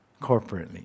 corporately